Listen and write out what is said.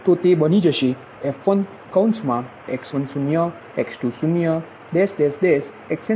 તો તે બની જશે f1x10x20 xn0 ∆x1f1x1